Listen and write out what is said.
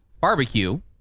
Barbecue